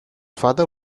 father